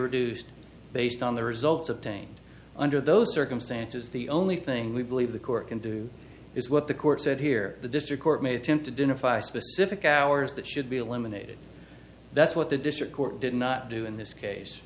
reduced based on the results obtained under those circumstances the only thing we believe the court can do is what the court said here the district court made him to dinner five specific hours that should be eliminated that's what the district court did not do in this case